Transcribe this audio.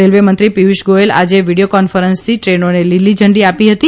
railway મંત્રી પિયુષ ગોયલે આજે વિડિયો કોન્ફરન્સથી ટ્રેનોને લીલીઝંડી આપી હતી